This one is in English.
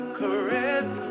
caress